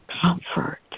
Comfort